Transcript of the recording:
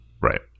Right